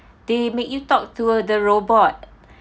they make you talk to the robot